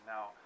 Now